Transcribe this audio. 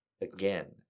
again